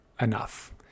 enough